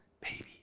baby